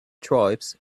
tribes